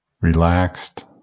relaxed